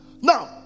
Now